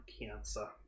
cancer